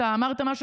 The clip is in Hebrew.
אתה אמרת משהו,